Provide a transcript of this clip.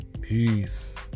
Peace